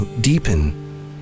deepen